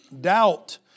Doubt